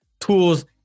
tools